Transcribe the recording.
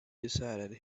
decided